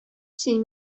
син